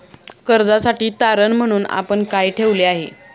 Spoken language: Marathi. कर्जासाठी तारण म्हणून आपण काय ठेवले आहे?